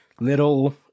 little